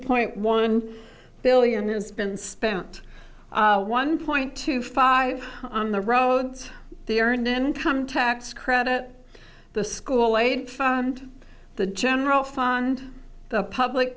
point one billion has been spent one point two five on the roads the earned income tax credit the school wade and the general fund the public